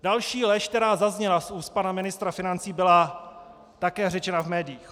Další lež, která zazněla z úst pana ministra financí, byla také řečena v médiích.